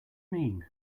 mean